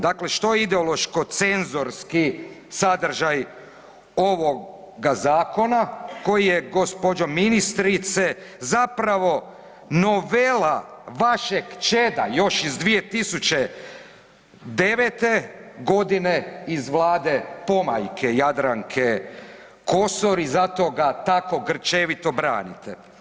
Dakle što ideološko cenzorski sadržaj ovoga Zakona koji je gospođo ministrice zapravo novela vašeg čeda još iz 2009. godine iz Vlade pomajke Jadranke Kosor i zato ga tako grčevito branite.